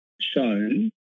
shown